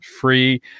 free